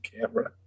camera